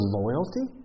loyalty